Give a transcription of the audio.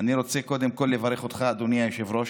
אני רוצה קודם כול לברך אותך, אדוני היושב-ראש,